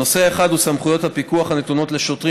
הנושא האחד הוא סמכויות הפיקוח הנתונות לשוטרים